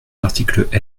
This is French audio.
l’article